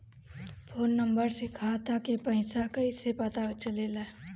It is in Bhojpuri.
फोन नंबर से खाता के पइसा कईसे पता चलेला?